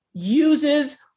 uses